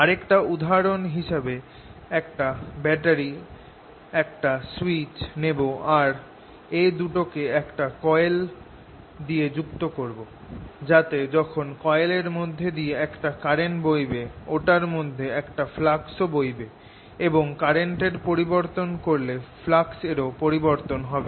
আরেকটা উদাহরণ হিসেবে একটা ব্যাটারি একটা সুইচ নেব আর এ দুটোকে একটা কয়েলে যুক্ত করব যাতে যখন কয়েল এর মধ্যে দিয়ে একটা কারেন্ট বইবে ওটার মধ্যে একটা ফ্লাক্স ও বইবে এবং কারেন্ট এর পরিবর্তন করলে ফ্লাক্স এর ও পরিবর্তন হবে